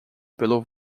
pelo